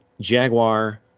Jaguar